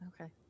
Okay